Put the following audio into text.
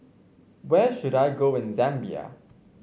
where should I go in Zambia